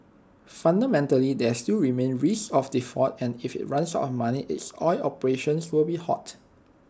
fundamentally there still remains risk of default and if IT runs out of money its oil operations will be halted